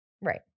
Right